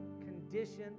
condition